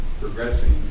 progressing